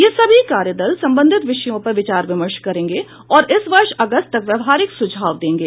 ये सभी कार्यदल संबंधित विषयों पर विचार विमर्श करेंगे और इस वर्ष अगस्त तक व्यावहारिक सुझाव देंगे